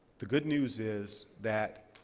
the good news is that